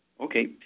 Okay